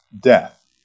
death